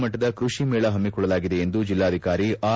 ಮಟ್ಟದ ಕೃಷಿ ಮೇಳ ಹಮ್ಮಿಕೊಳ್ಳಲಾಗಿದೆ ಎಂದು ಜಿಲ್ಲಾಧಿಕಾರಿ ಆರ್